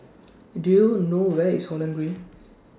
Do YOU know Where IS Holland Green